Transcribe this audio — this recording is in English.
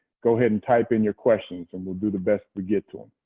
go ahead and type in your questions. and we'll do the best to get to them.